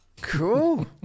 cool